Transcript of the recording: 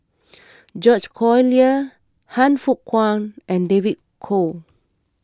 George Collyer Han Fook Kwang and David Kwo